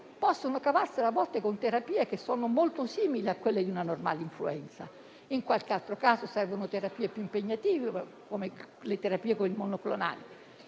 possono cavarsela a volte con terapie che sono molto simili a quelle di una normale influenza; in qualche altro caso servono terapie più impegnative, come quelle con i monoclonali.